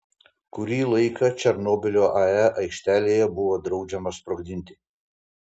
kurį laiką černobylio ae aikštelėje buvo draudžiama sprogdinti